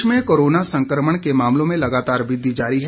प्रदेश में कोरोना संक्रमण के मामलों में लगातार वृद्धि जारी है